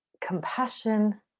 compassion